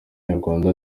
nyarwanda